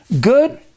good